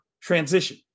transition